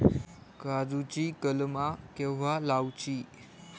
काजुची कलमा केव्हा लावची?